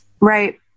right